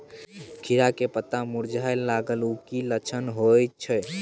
खीरा के पत्ता मुरझाय लागल उ कि लक्षण होय छै?